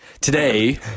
Today